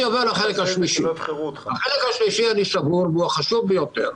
החלק השלישי והחשוב ביותר: